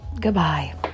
Goodbye